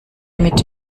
mit